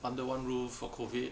under one roof for COVID